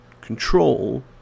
control